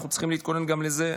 אנחנו צריכים להתכונן גם לזה,